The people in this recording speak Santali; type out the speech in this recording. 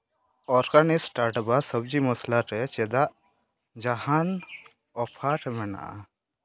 ᱚᱨᱜᱟᱱᱤᱠ ᱴᱟᱴᱵᱷᱟ ᱥᱚᱵᱡᱤ ᱢᱚᱥᱞᱟ ᱨᱮ ᱪᱮᱫᱟᱜ ᱡᱟᱦᱟᱱ ᱚᱯᱷᱟᱨ ᱢᱮᱱᱟᱜᱼᱟ